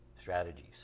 strategies